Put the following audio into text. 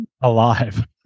alive